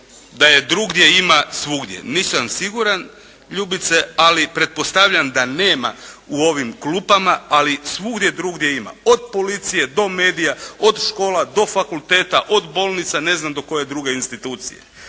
da je drugdje ima svugdje. Nisam siguran Ljubice, ali pretpostavljam da nema u ovim klupama, ali svugdje drugdje ima, od policije do medija, od škola do fakulteta, od bolnica ne znam do koje druge institucije.